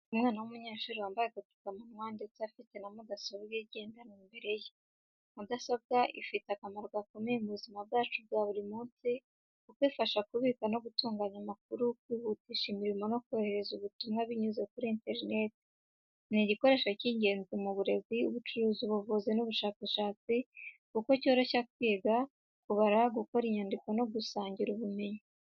Umwana w'umunyeshuri wambaye agapfukamunwa ndetse afite na mudasobwa igendanwa imbere ye. Mudasobwa ifite akamaro gakomeye mu buzima bwacu bwa buri munsi kuko ifasha kubika no gutunganya amakuru, kwihutisha imirimo no korohereza ubutumwa binyuze kuri interineti. Ni igikoresho cy’ingenzi mu burezi, ubucuruzi, ubuvuzi n’ubushakashatsi kuko cyoroshya kwiga, kubara, gukora inyandiko no gusangira ubumenyi.